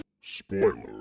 Spoiler